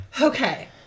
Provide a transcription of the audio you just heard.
Okay